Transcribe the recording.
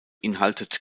beinhaltet